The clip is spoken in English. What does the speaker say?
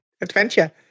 Adventure